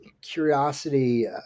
curiosity